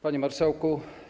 Panie Marszałku!